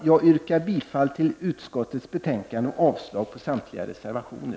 Jag yrkar bifall till utskottets hemställan i betänkandet och avslag på samtliga reservationer.